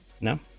no